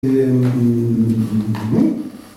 אממממ...